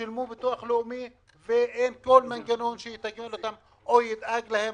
שילמו ביטוח לאומי ואין כל מנגנון שיתגמל אותם או ידאג להם.